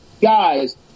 guys